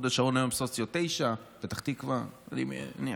הוד השרון היום בסוציו 9, פתח תקווה, אני מניח,